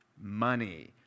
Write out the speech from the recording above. money